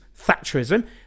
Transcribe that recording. Thatcherism